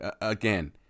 Again